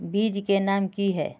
बीज के नाम की है?